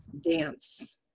dance